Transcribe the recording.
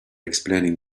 explaining